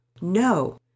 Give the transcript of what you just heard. No